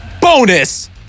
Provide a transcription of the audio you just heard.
bonus